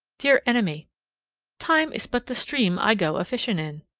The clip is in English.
dear enemy time is but the stream i go a-fishing in.